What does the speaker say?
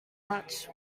much